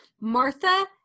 martha